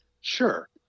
Sure